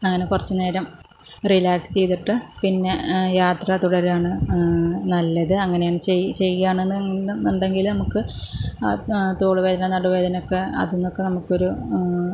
അങ്ങനെ കുറച്ച് നേരം റിലാക്സ് ചെയ്തിട്ട് പിന്നെ യാത്ര തുടാരാണ് നല്ലത് അങ്ങനേണ് ചെയ്യുന്നെന്നുണ്ടെങ്കിലും നമുക്ക് തോള് വേദന നടുവേദന ഒക്കെ അതിനൊക്കെ നമുക്കൊരു